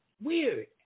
weird